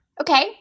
Okay